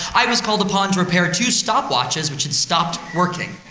i was called upon to repair two stopwatches which had stopped working.